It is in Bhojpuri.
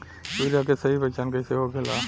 यूरिया के सही पहचान कईसे होखेला?